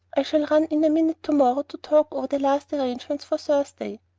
i shall run in a minute to-morrow to talk over the last arrangements for thursday.